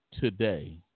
today